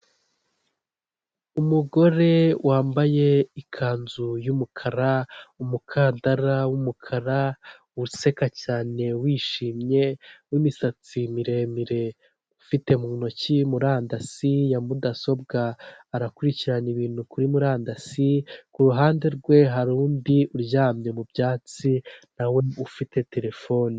Abantu dukunda inyubako zitandukanye akenshi inyubako igizwe n'amabara menshi irakundwa cyane uzasanga hari izifite amabara y'umutuku avanze n'umukara ndetse n'umweru uko niko ba nyirazo baba babihisemo.